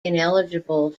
ineligible